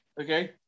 Okay